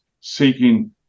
seeking